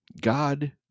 God